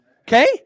Okay